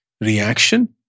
reaction